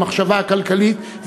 המחשבה הכלכלית,